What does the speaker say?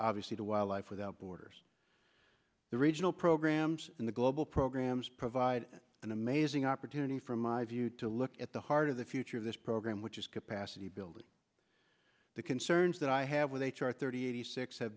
obviously to wildlife without borders the regional programs and the global programs provide an amazing opportunity for my view to look at the heart of the future of this program which is capacity building the concerns that i have with h r thirty six have